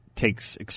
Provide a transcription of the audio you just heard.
takes